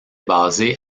basée